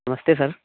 نمستے سر